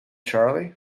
charley